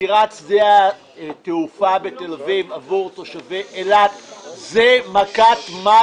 סגירת שדה התעופה בתל אביב עבור תושבי אילת זו מכת מוות.